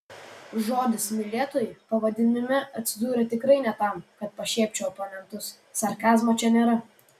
žodis mylėtojai pavadinime atsidūrė tikrai ne tam kad pašiepčiau oponentus sarkazmo čia nėra